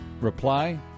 Reply